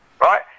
right